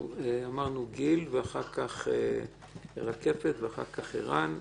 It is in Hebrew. גיל ואחר כך רקפת ואחר כך ערן.